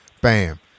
Bam